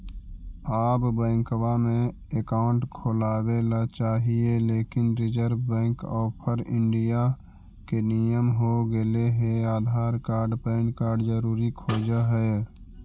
आब बैंकवा मे अकाउंट खोलावे ल चाहिए लेकिन रिजर्व बैंक ऑफ़र इंडिया के नियम हो गेले हे आधार कार्ड पैन कार्ड जरूरी खोज है?